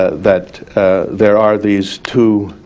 that there are these two